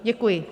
Děkuji.